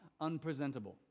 unpresentable